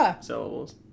syllables